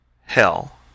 hell